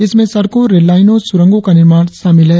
इनमें सड़कों रेललाइनों और सुरंगो का निर्माण शामिल है